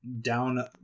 down